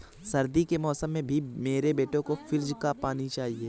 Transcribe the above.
सर्दी के मौसम में भी मेरे बेटे को फ्रिज का पानी चाहिए